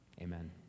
Amen